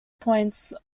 points